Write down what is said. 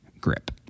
grip